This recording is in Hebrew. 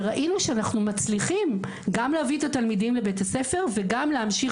וראינו שאנחנו מצליחים גם להביא את התלמידים לבית הספר וגם להמשיך